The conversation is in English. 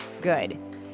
good